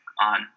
on